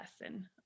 lesson